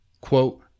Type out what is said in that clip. Quote